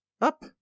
up